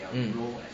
m